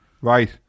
Right